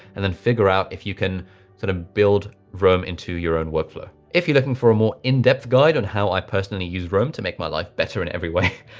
and then figure out if you can sort of build roam into your own workflow. if you're looking for a more in depth guide on how i personally use roam to make my life better in every way,